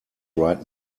right